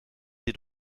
sie